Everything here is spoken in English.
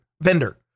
vendor